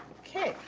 okay,